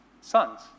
sons